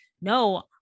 No